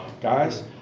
Guys